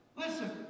Listen